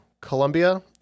Colombia